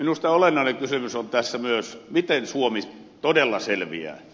minusta olennainen kysymys on tässä myös miten suomi todella selviää